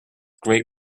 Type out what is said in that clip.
great